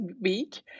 week